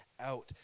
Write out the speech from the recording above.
out